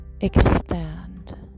expand